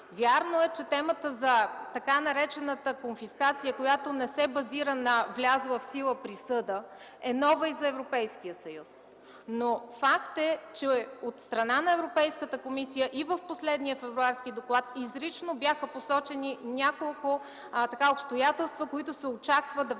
Вярно е, че темата за така наречената конфискация, която не се базира на влязла в сила присъда, е нова и за Европейския съюз. Факт е, че от страна на Европейската комисия, и в последния Февруарски доклад, изрично бяха посочени няколко обстоятелства, които се очаква да влязат